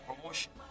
promotion